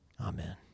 Amen